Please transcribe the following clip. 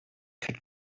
could